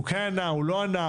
הוא כן ענה או הוא לא ענה,